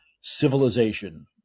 civilization